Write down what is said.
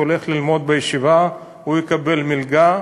הוא הולך ללמוד בישיבה, הוא יקבל מלגה.